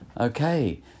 Okay